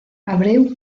abreu